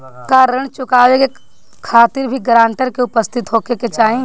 का ऋण चुकावे के खातिर भी ग्रानटर के उपस्थित होखे के चाही?